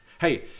Hey